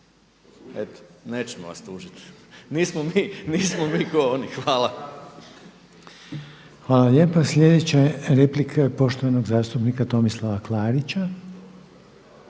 Eto, nećemo vas tužiti. Nismo mi kao oni. Hvala. **Reiner, Željko (HDZ)** Hvala lijepa. Sljedeća replika je poštovanog zastupnika Tomislava Klarića.